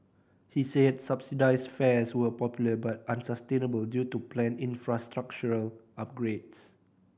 he said subsidised fares were popular but unsustainable due to planned infrastructural upgrades